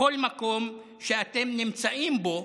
בכל מקום שאתם נמצאים בו",